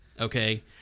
Okay